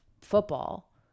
football